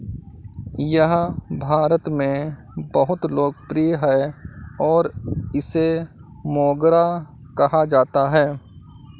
यह भारत में बहुत लोकप्रिय है और इसे मोगरा कहा जाता है